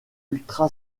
ultra